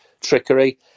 trickery